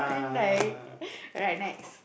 and I right next